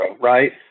right